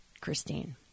Christine